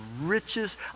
riches